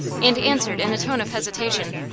and answered in a tone of hesitation